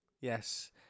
Yes